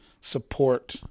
support